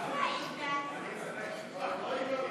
ההסתייגות (6) של חברי הכנסת אורלי לוי אבקסיס,